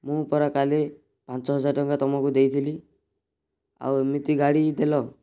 ମୁଁ ପରା କାଲି ତୁମକୁ ପାଞ୍ଚହଜାର ଟଙ୍କା ଦେଇଥିଲି ଆଉ ଏମିତି ଗାଡ଼ି ଦେଲ